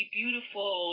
beautiful